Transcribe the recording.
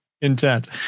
intent